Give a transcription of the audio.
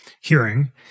hearing